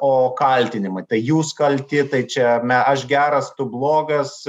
o kaltinimai tai jūs kalti tai čia aš geras tu blogas